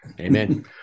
amen